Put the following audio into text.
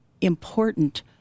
important